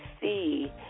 see